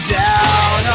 down